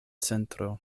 centro